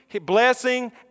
blessing